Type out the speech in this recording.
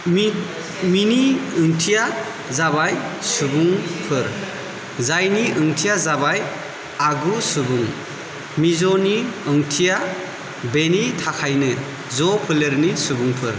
बेनि ओंथिया जाबाय सुबुंफोर जायनि ओंथिया जाबाय आगुसुबुं मिज'नि ओंथिया बेनि थाखायनो ज' फोलेरनि सुबुंफोर